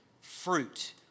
fruit